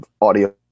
audio